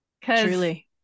Truly